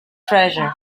treasure